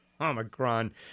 Omicron